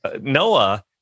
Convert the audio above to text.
Noah